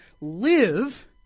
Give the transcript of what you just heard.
live